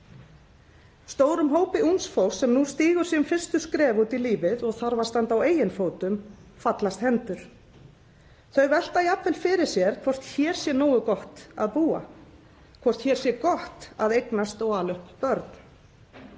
Stórum hópi ungs fólks, sem nú stígur sín fyrstu skref út í lífið og þarf að standa á eigin fótum, fallast hendur. Þau velta jafnvel fyrir sér hvort hér sé nógu gott að búa. Hvort hér sé gott að eignast og ala upp börn.